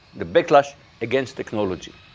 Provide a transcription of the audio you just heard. the backlash against technology.